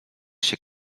się